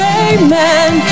amen